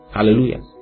Hallelujah